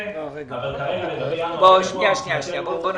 אבל כרגע לגבי ינואר ופברואר --- אמיר,